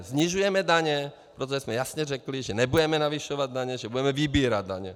Snižujeme daně, protože jsme jasně řekli, že nebudeme navyšovat daně, že budeme vybírat daně.